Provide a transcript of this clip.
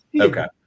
okay